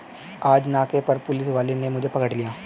आज नाके पर पुलिस वाले ने मुझे पकड़ लिया